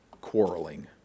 quarreling